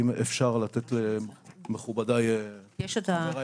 ואם אפשר לתת למכובדיי לדבר.